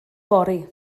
fory